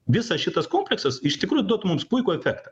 visas šitas kompleksas iš tikrųjų duotų mums puikų efektą